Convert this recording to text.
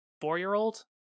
four-year-old